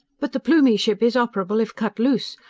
but the plumie ship is operable if cut loose.